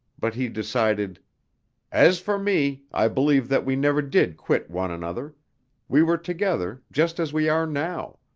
but he decided as for me, i believe that we never did quit one another we were together just as we are now,